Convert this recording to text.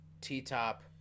t-top